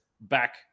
back